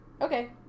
Okay